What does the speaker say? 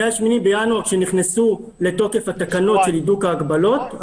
מאז שנכנסו לתוקף התקנות של הידוק ההגבלות,